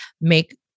make